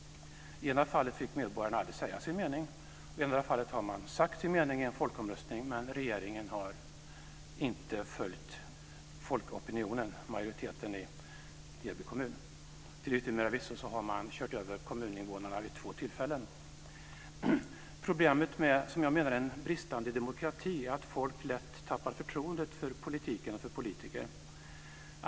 I det ena fallet fick medborgarna aldrig säga sin mening; i det andra fallet har man sagt sin mening i en folkomröstning, men regeringen har inte följt folkopinionen, dvs. majoriteten i Heby kommun. Till yttermera visso har man kört över kommuninvånarna vid två tillfällen. Problemet med, som jag menar, en bristande demokrati är att folk lätt tappar förtroendet för politiken och för politiker.